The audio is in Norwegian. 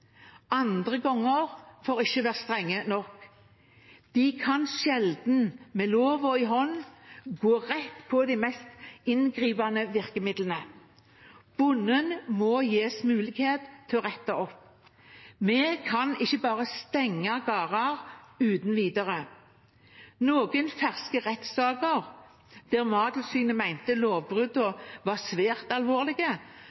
andre ganger for ikke å være strenge nok. De kan sjelden med loven i hånd gå rett på de mest inngripende virkemidlene. Bonden må gis mulighet til å rette opp. Vi kan ikke bare stenge gårder uten videre. Noen ferske rettssaker, der Mattilsynet